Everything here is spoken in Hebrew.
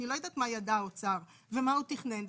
אני לא יודעת מה ידע האוצר ומה הוא תכנן,